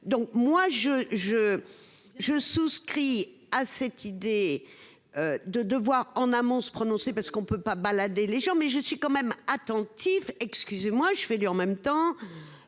Donc moi je je je souscris à cette idée. De devoir en amont se prononcer parce qu'on ne peut pas balader les gens mais je suis quand même attentif, excusez-moi, je fais du en même temps.